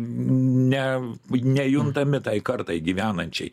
ne nejuntami tai kartai gyvenančiai